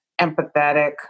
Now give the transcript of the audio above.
empathetic